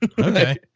Okay